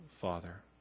Father